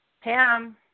Pam